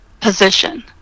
position